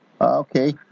Okay